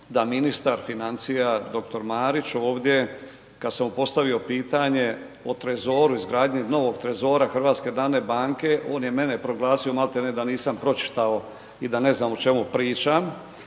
da ministar financija, dr. Marić ovdje kad sam mu postavio pitanje o trezoru, o izgradnji novog trezora HNB-a on je mene proglasio malte ne da nisam pročitao i da ne znam o čemu pričam,